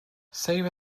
save